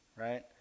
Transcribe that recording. right